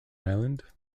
island